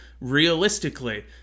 Realistically